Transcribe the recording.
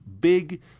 big